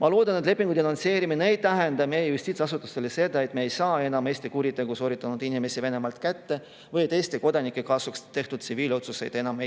Ma loodan, et lepingu denonsseerimine ei tähenda meie justiitsasutustele seda, et me ei saa Eestis kuriteo sooritanud inimesi enam Venemaalt kätte või et Eesti kodanike kasuks tehtud tsiviilotsuseid enam